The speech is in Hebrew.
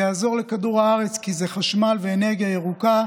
זה יעזור לכדור הארץ, כי זה חשמל ואנרגיה ירוקה,